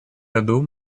году